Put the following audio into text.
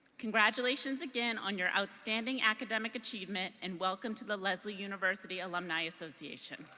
congratulations again on your outstanding academic achievement and welcome to the lesley university alumni association.